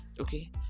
okay